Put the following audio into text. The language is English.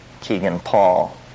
Keegan-Paul